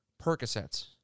Percocets